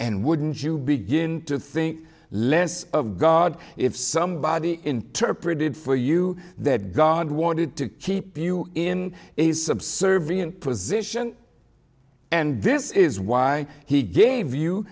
and wouldn't you begin to think less of god if somebody interpreted for you that god wanted to keep you in a subservient position and this is why he gave you